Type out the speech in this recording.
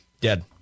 dead